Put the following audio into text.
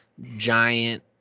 giant